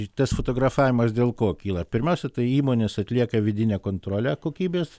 tas fotografavimas dėl ko kyla pirmiausia tai įmonės atlieka vidinę kontrolę kokybės